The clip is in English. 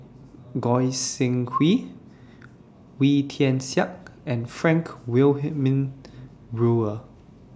Goi Seng Hui Wee Tian Siak and Frank Wilmin Brewer